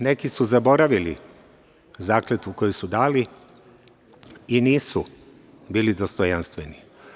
Neki su zaboravili zakletvu koju su dali i nisu bili dostojanstveni.